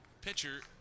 pitcher